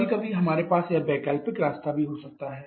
कभी कभी हमारे पास यह वैकल्पिक रास्ता भी हो सकता है